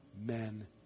men